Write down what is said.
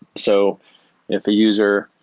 so if a user,